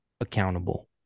accountable